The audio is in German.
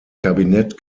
kabinett